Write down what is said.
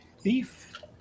Thief